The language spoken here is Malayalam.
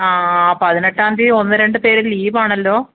ആ പതിനെട്ടാം തീ ഒന്ന് രണ്ട് പേര് ലീവാണല്ലോ